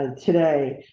ah today.